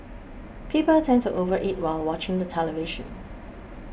people tend to overeat while watching the television